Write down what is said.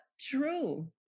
true